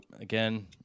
again